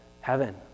heaven